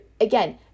again